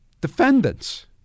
defendants